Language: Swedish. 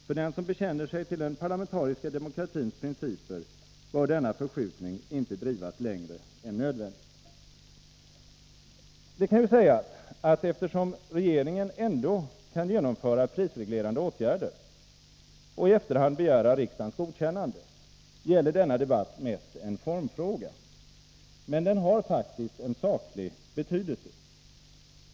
För den som bekänner sig till den parlamentariska demokratins principer bör denna förskjutning inte drivas längre än nödvändigt. Det kan ju sägas, att eftersom regeringen ändå kan genomföra prisreglerande åtgärder och i efterhand begära riksdagens godkännande, gäller denna debatt mest en formfråga. Men den har faktiskt en saklig betydelse.